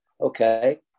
Okay